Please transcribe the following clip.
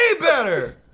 better